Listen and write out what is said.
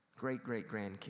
great-great-grandkids